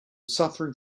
suffering